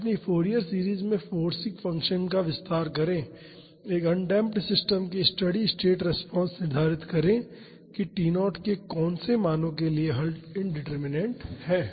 अपनी Fourier series में forcing function का विस्तार करें एक अनडेमप्ड सिस्टम के स्टेडी स्टेट रिस्पांस निर्धारित करें कि T0 के कौन से मानों के लिए हल इंडिटर्मिनेन्ट है